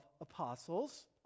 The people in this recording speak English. apostles